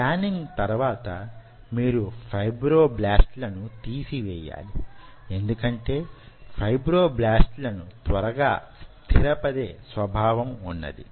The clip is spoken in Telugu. పాన్నింగ్ తర్వాత మీరు ఫైబ్రోబ్లాస్ట్లను తీసి వేయాలి ఎందుకంటే ఫైబ్రోబ్లాస్ట్లకు త్వరగా స్థిరపడే స్వభావం ఉన్నది